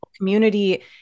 Community